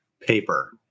paper